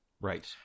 Right